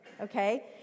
okay